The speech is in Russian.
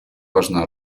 важна